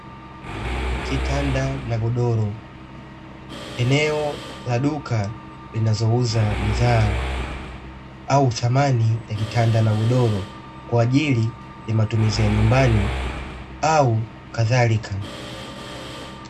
Kitanda na godoro, eneo la duka linalouza bidhaa au samani za kitanda na godoro, kwaajili ya matumizia ya nyumbani, au kadhalika.